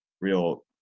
real